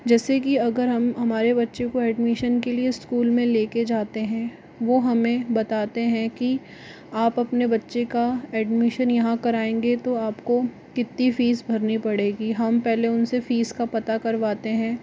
जैसे कि अगर हम हमारे बच्चे को एडमिशन के लिए स्कूल में लेकर जाते हैं वो हमें बताते हैं कि आप अपने बच्चे का एडमिशन यहाँ कराएँगे तो आपको कितनी फीस भरनी पड़ेगी हम पहले उनसे फीस का पता करवाते हैं